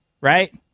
right